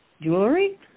Jewelry